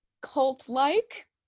cult-like